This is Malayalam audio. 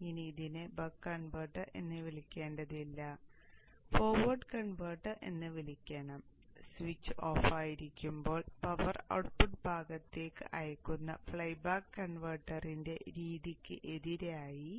അതിനാൽ ഇനി ഇതിനെ ബക്ക് കൺവെർട്ടർ എന്ന് വിളിക്കേണ്ടതില്ല ഫോർവേഡ് കൺവെർട്ടർ എന്ന് വിളിക്കണം സ്വിച്ച് ഓഫായിരിക്കുമ്പോൾ പവർ ഔട്ട്പുട്ട് ഭാഗത്തേക്ക് അയക്കുന്ന ഫ്ലൈ ബാക്ക് കൺവെർട്ടറിന്റെ രീതിക്ക് എതിരായി